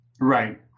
Right